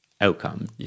outcome